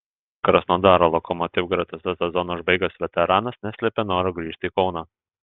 krasnodaro lokomotiv gretose sezoną užbaigęs veteranas neslėpė noro grįžti į kauną